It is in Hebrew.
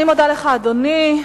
אני מודה לך, אדוני.